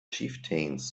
chieftains